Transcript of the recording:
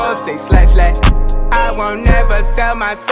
say slatt, slatt i won't never sell my soul,